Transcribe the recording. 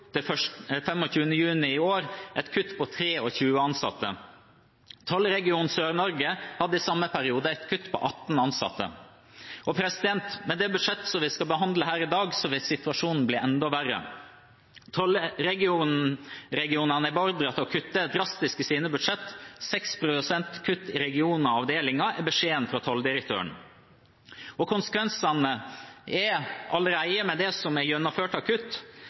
juni i år et kutt på 23 ansatte. Tollregion Sør-Norge hadde i samme periode et kutt på 18 ansatte. Med det budsjettet vi skal behandle her i dag, vil situasjonen bli enda verre. Tollregionene er beordret til å kutte drastisk i sine budsjetter – 6 pst. kutt i regioner og avdelinger er beskjeden fra tolldirektøren. Konsekvensene – med det som allerede er gjennomført av kutt